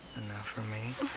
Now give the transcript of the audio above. for me.